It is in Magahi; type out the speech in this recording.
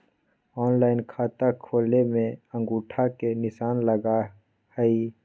ऑनलाइन खाता खोले में अंगूठा के निशान लगहई?